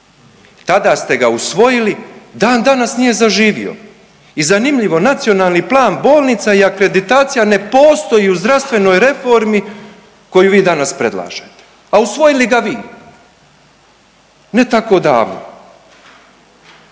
Tada ste ga usvojili. Dan danas nije zaživio. I zanimljivo, Nacionalni plan bolnica i akreditacija ne postoji u zdravstvenoj reformi koju vi danas predlažete, a usvojili ga vi ne tako davno.